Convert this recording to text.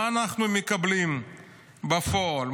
מה אנחנו מקבלים בפועל?